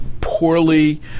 poorly